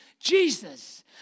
Jesus